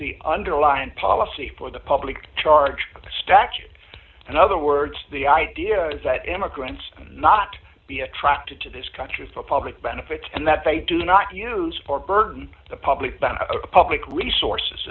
the underlying policy for the public charge statute and other words the idea is that immigrants not be attracted to this country for public benefit and that they do not use or burden the public by public resources